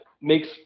makes